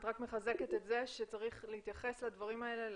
את רק מחזקת את זה שצריך להתייחס לדברים האלה,